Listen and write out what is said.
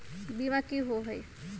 बीमा की होअ हई?